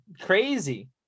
crazy